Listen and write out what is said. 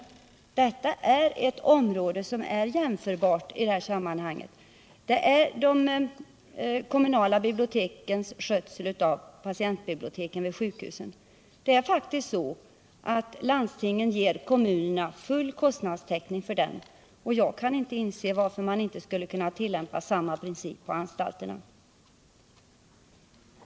Jag vill säga att det är ett område som är jämförbart i detta sammanhang, alltså de kommunala bibliotekens skötsel av patientbiblioteken vid sjukhusen. Landstingen ger kommunerna full kostnadstäckning för dem. Jag kan inte inse varför man inte skulle kunna tillämpa samma princip på anstalterna.